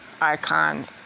icon